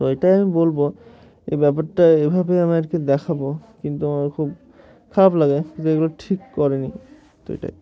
তো এটাই আমি বলবো এ ব্যাপারটা এভাবেই আমি আরকে দেখাবো কিন্তু আমার খুব খারাপ লাগে কিন্তু এগুলো ঠিক করেনি তো এটাই